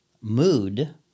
mood